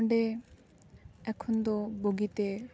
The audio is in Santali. ᱚᱸᱰᱮ ᱮᱠᱷᱚᱱ ᱫᱚ ᱵᱩᱜᱤᱛᱮ